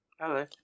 Hello